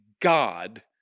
God